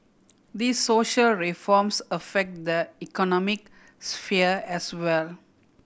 these social reforms affect the economic sphere as well